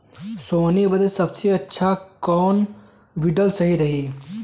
सोहनी बदे सबसे अच्छा कौन वीडर सही रही?